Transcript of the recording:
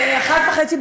01:30,